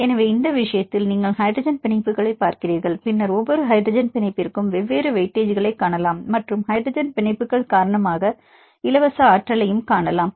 எனவே இந்த விஷயத்தில் நீங்கள் ஹைட்ரஜன் பிணைப்புகளைப் பார்க்கிறீர்கள் பின்னர் ஒவ்வொரு ஹைட்ரஜன் பிணைப்பிற்கும் வெவ்வேறு வெயிட்டேஜ்களைக் காணலாம் மற்றும் ஹைட்ரஜன் பிணைப்புகள் காரணமாக இலவச ஆற்றலைக் காணலாம்